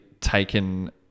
taken –